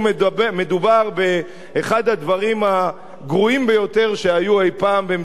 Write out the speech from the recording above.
באחד הדברים הגרועים ביותר שהיו אי-פעם במדינת ישראל.